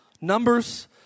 Numbers